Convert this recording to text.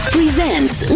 Presents